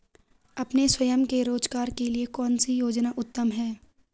अपने स्वयं के रोज़गार के लिए कौनसी योजना उत्तम है?